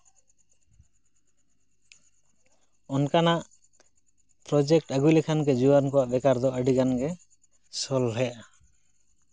ᱚᱱᱠᱟᱱᱟᱜ ᱯᱨᱚᱡᱮᱠᱴ ᱟᱹᱜᱩᱭ ᱞᱮᱠᱷᱟᱱ ᱜᱮ ᱡᱩᱣᱟᱹᱱ ᱩᱱᱠᱩᱣᱟᱜ ᱵᱮᱠᱟᱨ ᱫᱚ ᱟᱹᱰᱤᱜᱟᱱ ᱜᱮ ᱥᱚᱞᱦᱮᱜᱼᱟ